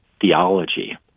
theology